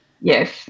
Yes